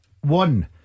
One